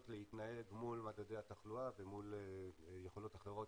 להתנהל מול מדדי התחלואה ומול יכולות אחרות